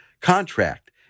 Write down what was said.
contract